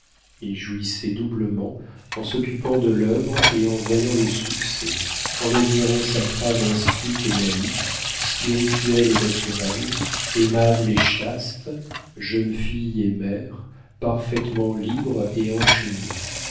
il jouissait doublement en s'occupant de l'œuvre et en voyant le succès en admirant sa femme instruite et naïve spirituelle et naturelle aimable et chaste jeune fille et mère parfaitement libre et enchaînée